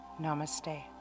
Namaste